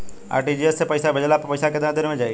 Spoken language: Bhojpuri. आर.टी.जी.एस से पईसा भेजला पर पईसा केतना देर म जाई?